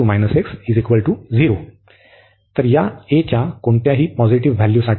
तर या a च्या कोणत्याही पॉझिटिव्ह व्हॅल्यूसाठी